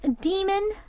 demon